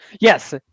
Yes